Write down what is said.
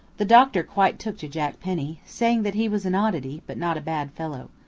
the doctor quite took to jack penny, saying that he was an oddity, but not a bad fellow.